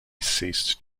ceased